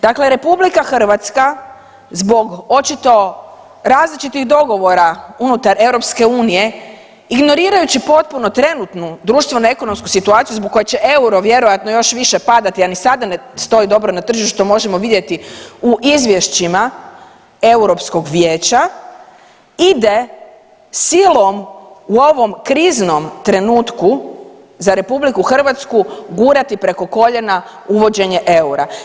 Dakle, RH zbog očito različitih dogovora unutar EU ignorirajući potpuno trenutnu društveno-ekonomsku situaciju zbog koje će euro vjerojatno još više padati, a ni sada ne stoji dobro na tržištu možemo vidjeti u izvješćima Europskog vijeća ide silom u ovom kriznom trenutku za RH gurati preko koljena uvođenje eura.